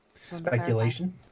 Speculation